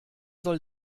soll